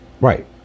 Right